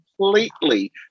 completely